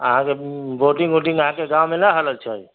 अहाँकेॅं बोर्डिंग ओर्डिंग अहाँके गाँवमे न हलल छै